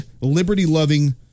liberty-loving